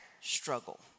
struggle